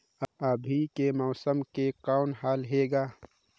अभी के मौसम के कौन हाल हे ग?